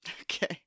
Okay